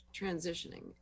transitioning